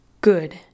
Good